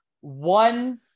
one